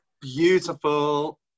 beautiful